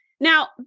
Now